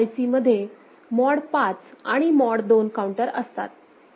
ह्या IC मध्ये mod 5 आणि मॉड 2 काऊंटर असतात